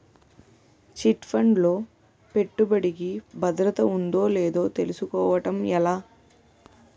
Chit fund లో పెట్టుబడికి భద్రత ఉందో లేదో తెలుసుకోవటం ఎలా?